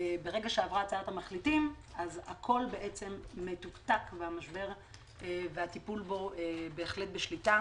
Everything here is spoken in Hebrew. ברגע שעברה הצעת המחליטים הכול מטוקטק והטיפול במשבר בשליטה.